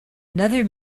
another